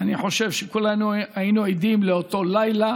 אני חושב שכולנו היינו עדים לאותו לילה